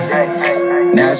Now